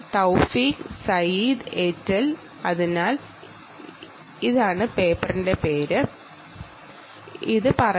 Taufiq Saeed et al ആണ് പേപ്പറിന്റെ author